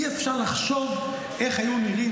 אי-אפשר לחשוב איך היו נראים,